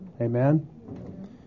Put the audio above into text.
Amen